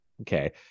Okay